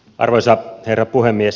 arvoisa herra puhemies